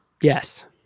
Yes